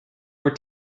were